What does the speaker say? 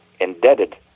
indebted